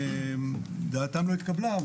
דעתם לא התקבלה,